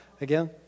again